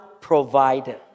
provider